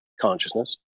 consciousness